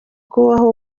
kubaho